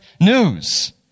news